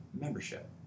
membership